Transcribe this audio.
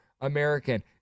American